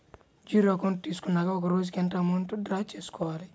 Zero account తీసుకున్నాక ఒక రోజుకి ఎంత అమౌంట్ డ్రా చేసుకోవాలి?